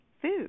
food